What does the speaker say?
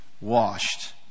washed